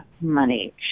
money